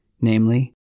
Namely